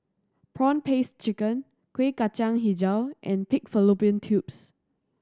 prawn paste chicken Kueh Kacang Hijau and pig fallopian tubes